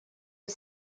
aux